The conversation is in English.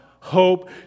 Hope